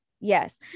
yes